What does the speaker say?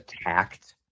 attacked